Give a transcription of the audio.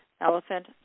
elephant